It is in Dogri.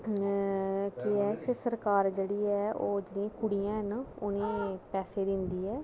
जेह्ड़ी सरकार ओह् कुड़ियें गी पैसे दिंदी ऐ